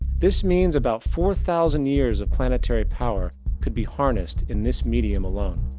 this means about four thousand years of planetary power could be harnessed in this medium alone.